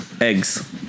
eggs